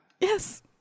yes